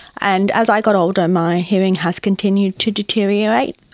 and as i got older my hearing has continued to deteriorate.